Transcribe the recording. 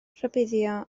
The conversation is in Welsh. rhybuddio